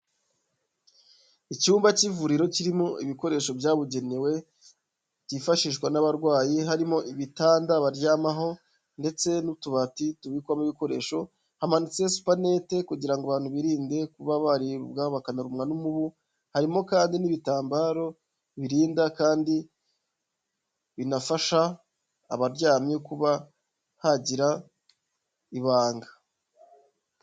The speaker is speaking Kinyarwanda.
Icyumba cy'ivuriro kirimo ibikoresho byabugenewe byifashishwa n'abarwayi harimo ibitanda baryamaho ,ndetse n'utubati tubikwamo ibikoresho ,hamanitse supanete kugira ngo abantu birinde kuba baribwa bakanarumwa n'umubu ,harimo kandi n'ibitambaro birinda kandi binafasha abaryamye kuba hagira ibanga.